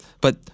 But-